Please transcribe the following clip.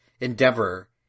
endeavor